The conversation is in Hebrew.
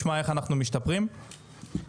נושא האוניברסיטאות זה נושא שאנחנו